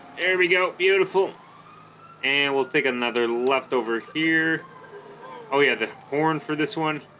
there we go beautiful and we'll take another left over here oh yeah the horn for this one